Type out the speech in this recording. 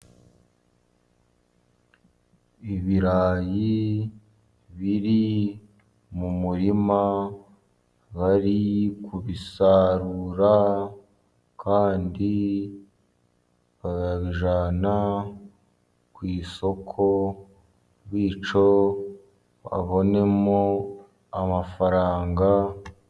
Ibirayi biri mu murima, bari kubisarura, kandi barabijyana ku isoko, bityo babonemo amafaranga.